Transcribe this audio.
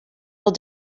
will